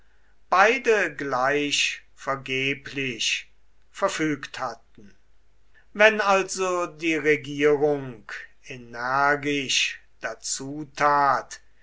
beide gleich vergeblich verfügt hatten wenn also die regierung energisch dazu tat